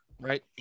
Right